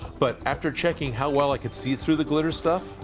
but after checking how well i could see through the glitter stuff,